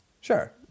Sure